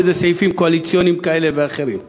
לאיזה סעיפים קואליציוניים כאלה ואחרים.